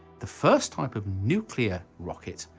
the first type of nuclear rocket,